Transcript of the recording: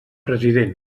president